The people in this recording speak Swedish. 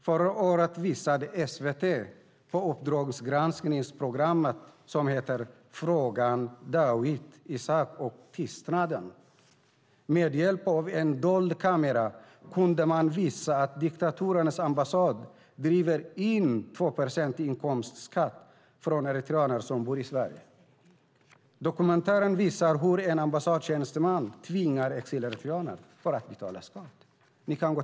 Förra året visade SVT i Uppdrag granskning Fången Dawit Isaak och tystnaden. Med hjälp av en dold kamera kunde man visa att diktaturens ambassad driver in 2 procent inkomstskatt från eritreaner som bor i Sverige. Dokumentären visar hur en ambassadtjänsteman tvingar exileritreaner att betala skatt.